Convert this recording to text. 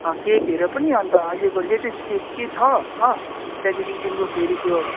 केकहरू पनि अन्त अहिलेको लेटेस्ट केक के छ अँ त्यहाँदेखि तिम्रो फेरि त्यो